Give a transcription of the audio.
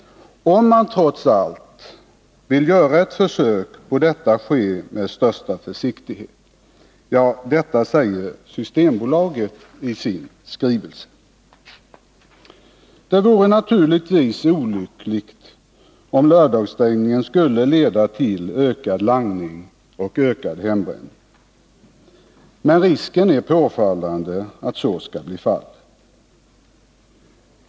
Om man trots allt vill göra ett försök, bör detta ske med största försiktighet. Detta säger Systembolaget i sin skrivelse. Det vore naturligtvis olyckligt om lördagsstängningen skulle leda till ökad langning och ökad hembränning. Men risken är påfallande att så skall bli fallet.